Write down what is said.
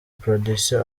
producer